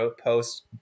post